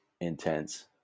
intense